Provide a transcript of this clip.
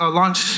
launch